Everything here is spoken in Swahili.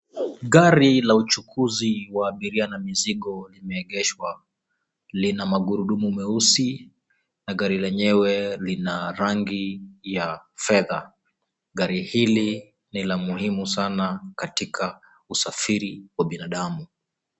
Gari la uchukuzi wa abiria na mizigo limeegeshwa, lina magurudumu meusi na gari lenyewe lina rangi ya fedha. Gari hili ni la muhimu sana katika usafiri wa binadamu.